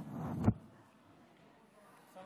בבקשה.